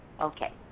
Okay